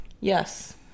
Yes